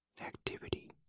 Activity